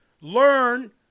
learn